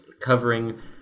covering